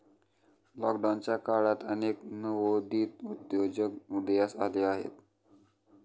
लॉकडाऊनच्या काळात अनेक नवोदित उद्योजक उदयास आले आहेत